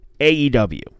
AEW